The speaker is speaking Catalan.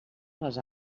les